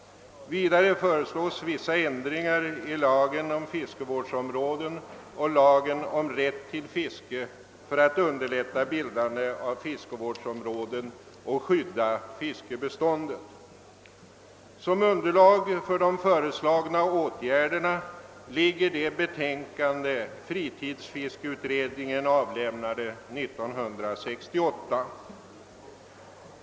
Vidare föreslås vissa ändringar i lagen om fiskevårdsområden och lagen om rätt till fiske för att underlätta bildandet av fiskevårdsområden och skydda fiskbeståndet. Som underlag för de föreslagna åtgärderna ligger det betänkande fritidsfiskeutredningen avlämnade år 1968.